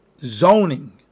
Zoning